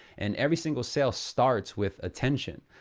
and every single sale starts with attention.